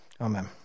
Amen